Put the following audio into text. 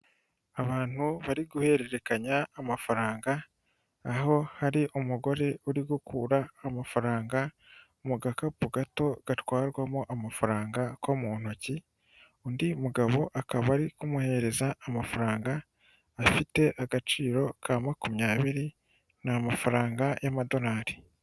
Abantu bari guhererekanya amafaranga, aho hari umugore uri gukura amafaranga mu gakapu gato gatwarwamo amafaranga ko mu ntoki, undi mugabo akaba ari kumuhereza amafaranga afite agaciro ka makumyabiri, ni amafaranga y'amadorari.